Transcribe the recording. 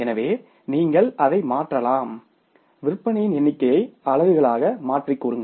எனவே நீங்கள் அதை மாற்றலாம் விற்பனையின் எண்ணிக்கையை அலகுகளாக மாற்றி கூறுங்கள்